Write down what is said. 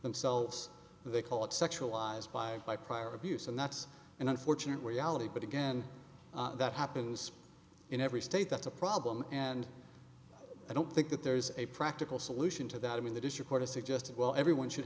themselves they call it sexualized by by prior abuse and that's an unfortunate reality but again that happens in every state that's a problem and i don't think that there's a practical solution to that i mean that is reported suggested well everyone should